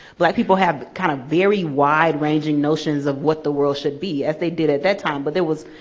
black people have kind of very wide-ranging notions of what the world should be, as they did at that time, but there was,